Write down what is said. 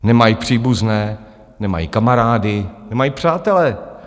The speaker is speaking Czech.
Nemají příbuzné, nemají kamarády, nemají přátele.